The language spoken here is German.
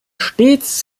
stets